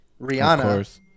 Rihanna